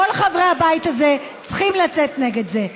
כל חברי הבית הזה צריכים לצאת נגד זה.